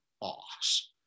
boss